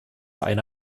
eine